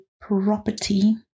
property